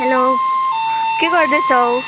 hello के गर्दैछौ